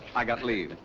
i got leave.